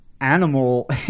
animal